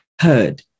heard